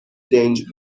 دنج